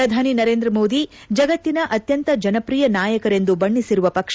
ಪ್ರಧಾನಿ ನರೇಂದ್ರಮೋದಿ ಜಗತ್ತಿನ ಅತ್ಯಂತ ಜನಪ್ರಿಯ ನಾಯಕರೆಂದು ಬಣ್ಣಿಸಿರುವ ಪಕ್ಷ